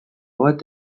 bat